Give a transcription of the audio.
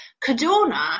Cadorna